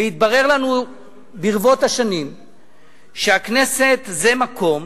והתברר לנו ברבות השנים שהכנסת זה מקום